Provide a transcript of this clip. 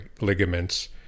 ligaments